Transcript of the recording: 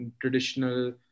traditional